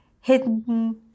hidden